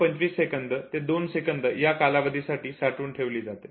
25 second ते 2 second या कालावधीसाठी साठवून ठेवली जाते